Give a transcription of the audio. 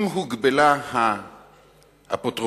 אם הוגבלה האפוטרופסות,